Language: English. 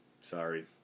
sorry